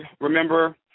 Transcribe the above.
remember